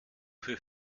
für